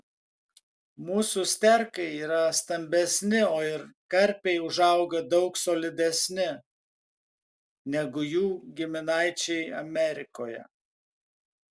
mūsų sterkai yra stambesni o ir karpiai užauga daug solidesni negu jų giminaičiai amerikoje